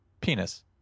Penis